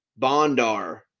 Bondar